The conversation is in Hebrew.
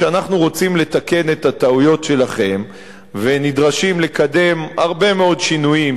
כשאנחנו רוצים לתקן את הטעויות שלכם ונדרשים לקדם הרבה מאוד שינויים,